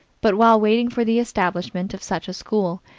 but while waiting for the establishment of such a school,